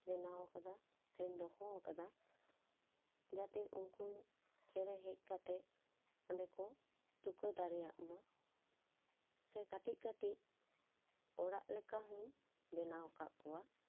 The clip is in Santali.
ᱵᱮᱱᱟᱣ ᱠᱟᱫᱟ ᱥᱮᱧ ᱫᱚᱦᱚᱣᱟᱠᱟᱫᱟ ᱡᱟᱛᱮ ᱩᱱᱠᱩ ᱪᱮᱬᱮ ᱦᱮᱡ ᱠᱟᱛᱮ ᱚᱸᱰᱮ ᱠᱚ ᱛᱩᱠᱟᱹ ᱫᱟᱲᱮᱭᱟᱜ ᱢᱟ ᱥᱮ ᱠᱟᱹᱴᱤᱡ ᱠᱟᱹᱴᱤᱡ ᱚᱲᱟᱜ ᱞᱮᱠᱟ ᱦᱚᱧ ᱵᱮᱱᱟᱣ ᱟᱠᱟᱫ ᱠᱚᱣᱟ